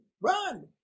run